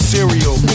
Cereal